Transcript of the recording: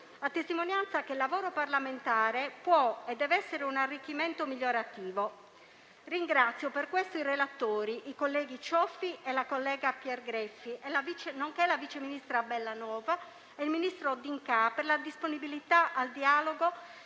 a testimonianza del fatto che il lavoro parlamentare può e dev'essere un arricchimento migliorativo. Ringrazio per questo i relatori, il senatore Cioffi e la senatrice Pergreffi, nonché la vice ministra Bellanova ed il ministro D'Incà per la disponibilità al dialogo